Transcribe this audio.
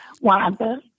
Wanda